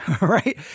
right